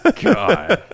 God